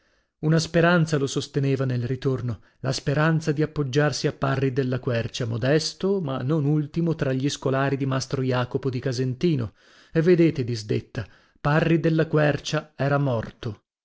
una speranza lo sosteneva nel ritorno la speranza di appoggiarsi a parri della quercia modesto ma non ultimo tra gli scolari di mastro jacopo di casentino e vedete disdetta parri della quercia era morto